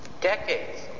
Decades